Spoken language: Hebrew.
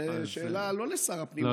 זה שאלה לא לשר הפנים,